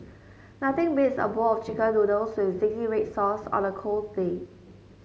nothing beats a bowl of chicken noodles with zingy red sauce on a cold day